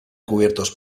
cubiertos